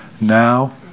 now